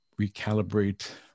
recalibrate